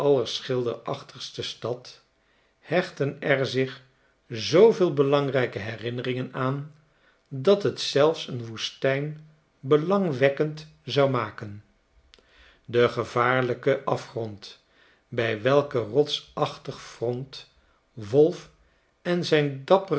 allerschilderachtigste stad hechten er zich zooveel belangrijke herinneringen aan dat het zelfs een woestijn belangwekkend zou maken de gevaarlijke afgrond bij welks rotsachtig front wolfe en zijn